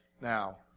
now